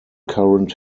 current